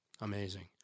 Amazing